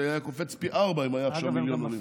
זה היה קופץ פי ארבעה אם היו עכשיו מיליון עולים.